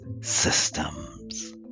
systems